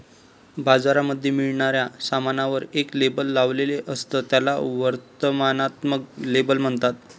बाजारामध्ये मिळणाऱ्या सामानावर एक लेबल लावलेले असत, त्याला वर्णनात्मक लेबल म्हणतात